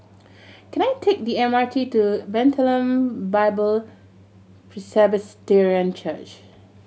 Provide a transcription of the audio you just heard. can I take the M R T to Bethlehem Bible Presbyterian Church